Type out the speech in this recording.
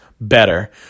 better